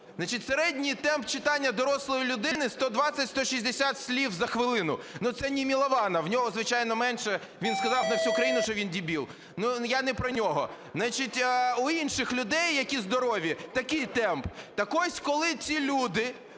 зранку. Середній темп читання дорослої людини - 120-160 слів за хвилину. Ну, це не Милованов, у нього, звичайно, менше, він сказав на всю країну, що він дебіл, я не про нього. В інших людей, які здорові, такий темп. Так ось, коли ці люди